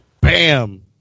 Bam